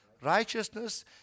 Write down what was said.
righteousness